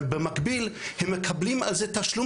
אבל במקביל הם מקבלים על זה תשלום